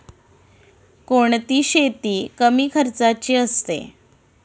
कोणती शेती कमी खर्चाची असते?